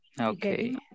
Okay